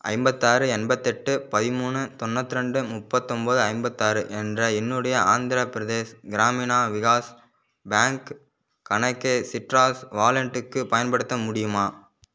ஐம்பத்தாறு எண்பத்தெட்டு பதிமூணு தொண்ணூத் ரெண்டு முப்பத்தொம்பது ஐம்பத்தாறு என்ற என்னுடைய ஆந்திர பிரதேஷ் கிராமினா விகாஸ் பேங்க்கு கணக்கை சிட்ராஸ் வாலென்ட்டுக்கு பயன்படுத்த முடியுமா